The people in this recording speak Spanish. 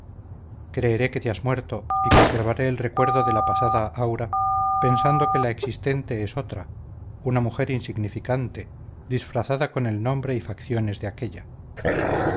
creeré que te has muerto y conservaré el recuerdo de la pasada aura pensando que la existente es otra una mujer insignificante disfrazada con el nombre y facciones de aquella